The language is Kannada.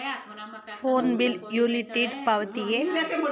ಫೋನ್ ಬಿಲ್ ಯುಟಿಲಿಟಿ ಪಾವತಿಯೇ?